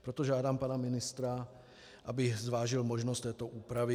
Proto žádám pana ministra, aby zvážil možnost této úpravy.